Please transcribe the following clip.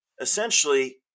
essentially